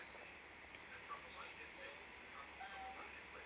so